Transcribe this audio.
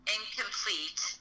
Incomplete